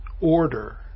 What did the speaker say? order